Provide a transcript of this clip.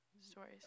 stories